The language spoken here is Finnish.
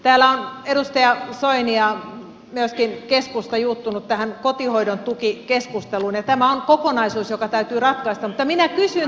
täällä on edustaja soini ja myöskin keskusta juuttunut tähän kotihoidon tuki keskusteluun ja tämä on kokonaisuus joka täytyy ratkaista mutta minä kysyn teiltä